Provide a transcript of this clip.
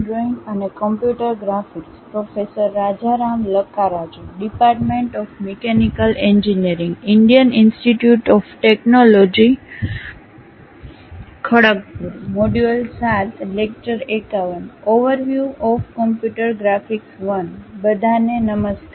બધા ને નમસ્કાર